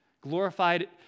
Glorified